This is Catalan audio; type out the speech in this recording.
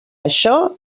això